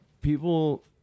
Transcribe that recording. people